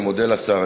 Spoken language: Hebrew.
אני מודה לשר,